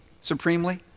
supremely